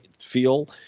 feel